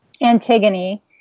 Antigone